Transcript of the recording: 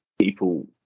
people